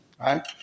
right